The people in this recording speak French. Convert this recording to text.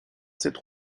cette